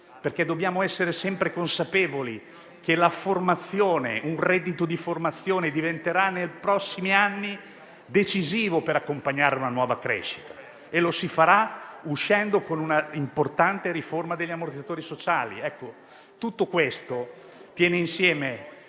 dobbiamo essere sempre consapevoli che un reddito di formazione diventerà decisivo, nei prossimi anni, per accompagnare una nuova crescita, e lo si farà attraverso un'importante riforma degli ammortizzatori sociali.